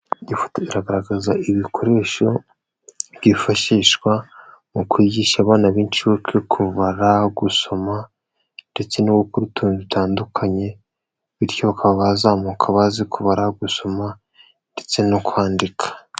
Iyi foto igaragaza ibikoresho byifashishwa mu kwigisha abana b'inshuke kubara, gusoma ndetse no gukora utuntu dutandukanye, bityo bakaba bazamuka bazi kubara, gusoma ndetse no kwandika.